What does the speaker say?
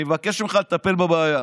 אני מבקש ממך לטפל בבעיה.